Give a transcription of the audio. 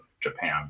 Japan